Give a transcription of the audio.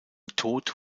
tod